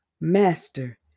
Master